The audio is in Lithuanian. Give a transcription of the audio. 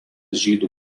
žydų